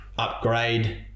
Upgrade